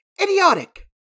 idiotic